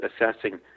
assessing